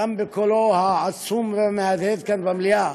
גם בקולו העצום והמהדהד כאן במליאה,